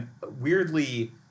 weirdly